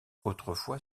autrefois